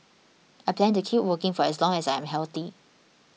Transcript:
I plan to keep working for as long as I am healthy